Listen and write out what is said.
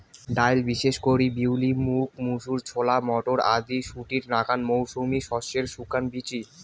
ডাইল বিশেষ করি বিউলি, মুগ, মুসুর, ছোলা, মটর আদি শুটির নাকান মৌসুমী শস্যের শুকান বীচি